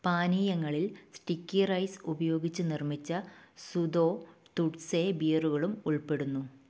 പാനീയങ്ങളിൽ sticky rice ഉപയോഗിച്ച് നിർമ്മിച്ച സുതോ തുട്സെ ബിയറുകളും ഉൾപ്പെടുന്നു